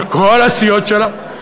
על כל הסיעות שלה?